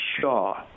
Shaw